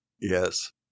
Yes